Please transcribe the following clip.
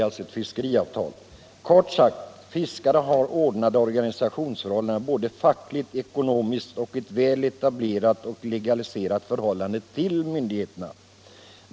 Kort sagt, att fiskare har ordnade organisationsförhållanden, både fackligt och ekonomiskt, och ett väl etablerat och legaliserat förhållande till myndigheterna.